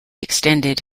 extended